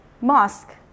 Mosque